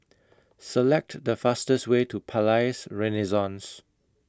Select The fastest Way to Palais Renaissance